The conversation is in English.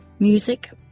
music